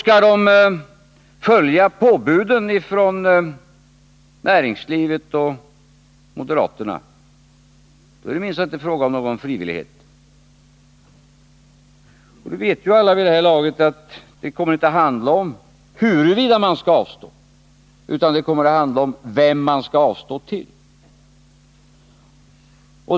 Att följa påbuden från näringslivet och moderaterna betyder minsann ingen frivillighet. Vid det här laget vet alla att det inte kommer att handla om huruvida man skall avstå, utan vem man skall avstå till.